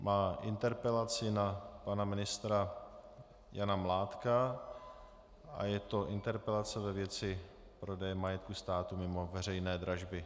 Má interpelaci na pana ministra Jana Mládka a je to interpelace ve věci prodeje majetku státu mimo veřejné dražby.